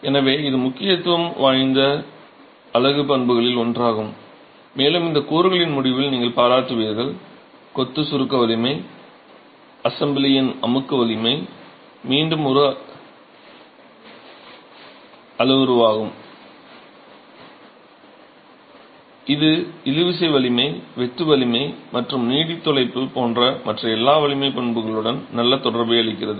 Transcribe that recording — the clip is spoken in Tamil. எனவே இது முக்கியத்துவம் வாய்ந்த அலகு பண்புகளில் ஒன்றாகும் மேலும் இந்த கூறுகளின் முடிவில் நீங்கள் பாராட்டுவீர்கள் கொத்து சுருக்க வலிமை அசெம்பிளியின் அமுக்கு வலிமை மீண்டும் ஒரு அளவுருவாகும் இது இழுவிசை வலிமை வெட்டு வலிமை மற்றும் நீடித்துழைப்பு போன்ற மற்ற எல்லா வலிமை பண்புகளுடனும் நல்ல தொடர்பை அளிக்கிறது